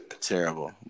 Terrible